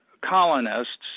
colonists